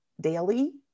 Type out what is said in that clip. daily